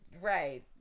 Right